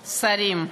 שרים,